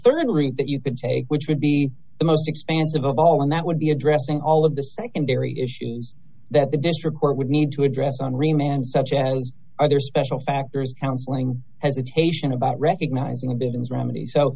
a rd rate that you could take which would be the most expansive of all and that would be addressing all of the secondary issues that the district court would need to address on remand such as other special factors counselling hesitation about recognising